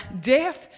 deaf